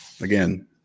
Again